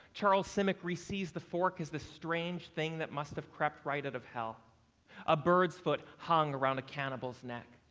charles simic receives the fork as the strange thing that must have crept right out of hell a bird's foot hung around a cannibal's neck.